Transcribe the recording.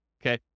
okay